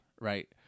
right